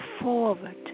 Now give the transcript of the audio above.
forward